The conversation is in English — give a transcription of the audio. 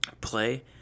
play